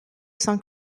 saint